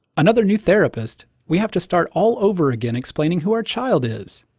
another new therapist? we have to start all over again explaining who our child is.